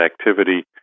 activity